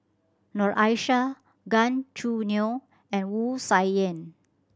Noor Aishah Gan Choo Neo and Wu Tsai Yen